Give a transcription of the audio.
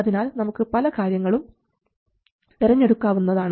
അതിനാൽ നമുക്ക് പല കാര്യങ്ങളും തെരഞ്ഞെടുക്കാവുന്നതാണ്